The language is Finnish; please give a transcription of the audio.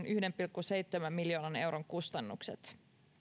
yhden pilkku seitsemän miljoonan euron kustannukset